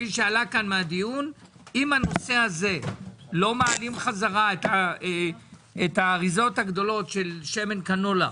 שאם לא מעלים את המכס חזרה על האריזות הגדולות של שמן קנולה